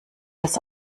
das